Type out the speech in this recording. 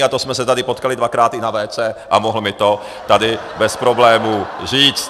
A to jsme se tady potkali dvakrát i na WC a mohl mi to tady bez problémů říct.